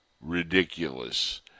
ridiculous